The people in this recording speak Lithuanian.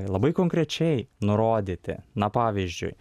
labai konkrečiai nurodyti na pavyzdžiui